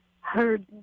heard